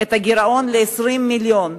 ל-20 מיליון.